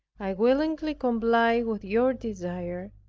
i willingly comply with your desire,